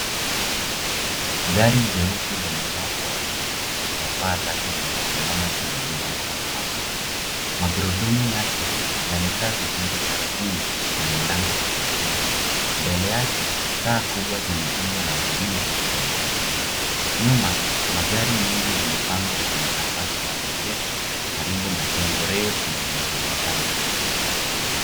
Gari jeusi lenye mwanga wa juu ya paa lake limesimama juu ya udongo kahawia. Magurudumu yake yamekaa vizuri ardhini na milango imefungwa. Mbele yake, taa kubwa zenye umbo la mviringo zimetulia. Nyuma, magari mengi yamepangwa kwenye nafasi ya maegesho karibu na jengo refu lenye madirisha mengi.